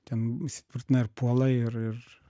ten įsitvirtina ir puola ir ir